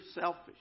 selfish